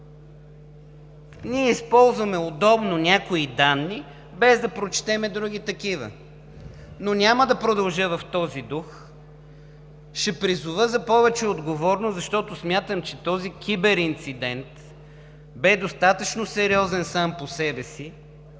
ние използваме удобно някои данни, без да прочетем други такива. Но няма да продължа в този дух, а ще призова за повече отговорност, защото смятам, че този киберинцидент бе достатъчно сериозен сам по себе си